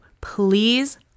Please